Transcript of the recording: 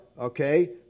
Okay